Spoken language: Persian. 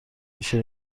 میشه